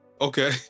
Okay